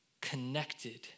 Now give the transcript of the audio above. connected